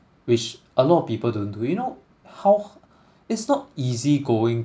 which a lot of people don't do you know how it's not easy going